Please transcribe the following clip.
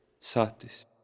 Satis